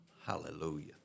Hallelujah